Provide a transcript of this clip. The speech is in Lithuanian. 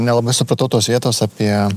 nelabai supratau tos vietos apie